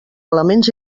elements